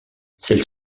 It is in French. celles